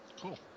cool